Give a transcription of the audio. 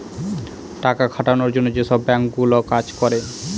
টাকা খাটানোর জন্য যেসব বাঙ্ক গুলো কাজ করে